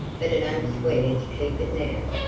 but it ain't square to keep it now.